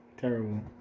Terrible